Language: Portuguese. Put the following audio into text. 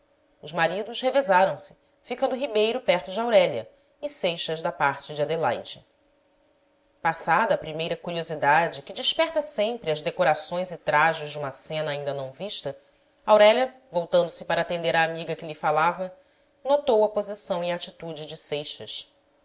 os maridos revezaram se ficando ribeiro perto de aurélia e seixas da parte de adelaide passada a primeira curiosidade que desperta sempre as decorações e trajos de uma cena ainda não vista aurélia voltando-se para atender à amiga que lhe falava notou a posição e atitude de seixas